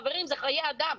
חברים, זה חיי אדם.